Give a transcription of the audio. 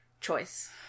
choice